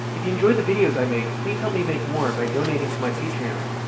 if you enjoy the videos i make, please help me make more by donating to my patreon.